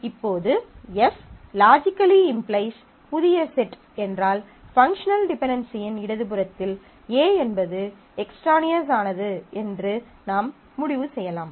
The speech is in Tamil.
இப்போது F லாஜிக்கலி இம்ப்ளைஸ் புதிய செட் என்றால் பங்க்ஷனல் டிபென்டென்சியின் இடது புறத்தில் A என்பது எக்ஸ்ட்ரானியஸ் ஆனது என்று நாம் முடிவு செய்யலாம்